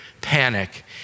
panic